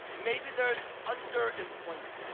maybe there is underemployment.